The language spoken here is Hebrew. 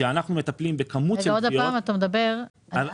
כשאנחנו מטפלים בכמות של תביעות.